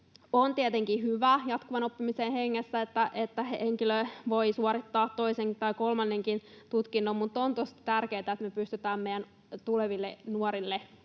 On tietenkin hyvä jatkuvan oppimisen hengessä, että henkilö voi suorittaa toisen tai kolmannenkin tutkinnon, mutta on tosi tärkeätä, että me pystytään meidän tuleville nuorille